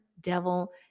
Devil